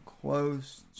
close